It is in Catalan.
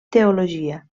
teologia